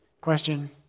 Question